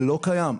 לא קיים.